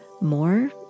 more